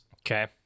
Okay